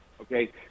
Okay